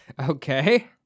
Okay